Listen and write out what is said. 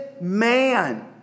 man